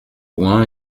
loin